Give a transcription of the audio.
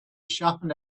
sharpened